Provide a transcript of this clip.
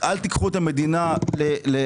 אל תיקחו את המדינה לקיצוניות.